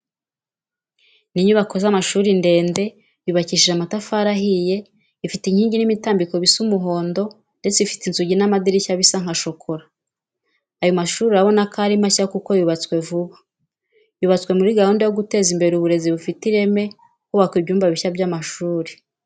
NI inyubako z'amashuri ndende yubakishije amatafari ahiye, ifite inkingi n'imitambiko bisa umuhondo ndetse ifite inzugi n'amadirishya bisa nka shokora. Ayo mashuri urabona ko ari mashya kuko yubatswe vuba. Yubatswe muri gahunda yo guteza imbere uburezi bufite ireme hubakwa ibyumba bishya b'amashuri.